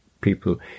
people